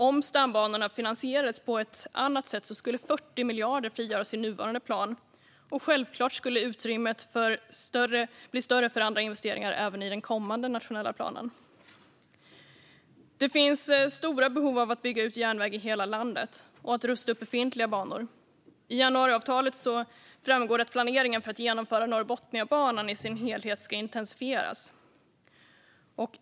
Om stambanorna finansierades på ett annat sätt skulle 40 miljarder frigöras i nuvarande plan, och självklart skulle utrymmet bli större för andra investeringar även i den kommande nationella planen. Det finns stora behov av att bygga ut järnväg i hela landet och att rusta upp befintliga banor. I januariavtalet framgår det att planeringen för att genomföra Norrbotniabanan i dess helhet ska intensifieras.